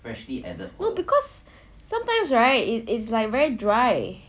no because sometimes right it's like very dry